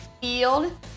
Field